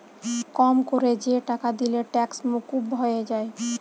কম কোরে যে টাকা দিলে ট্যাক্স মুকুব হয়ে যায়